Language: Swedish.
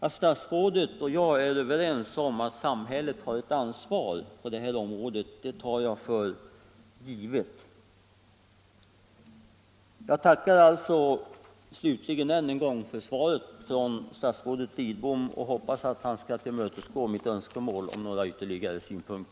Att statsrådet och jag är överens om att samhället har ett ansvar på detta område tar jag för givet.